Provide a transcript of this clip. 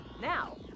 Now